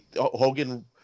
Hogan